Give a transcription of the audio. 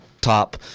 top